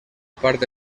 parte